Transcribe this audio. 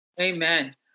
Amen